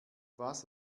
was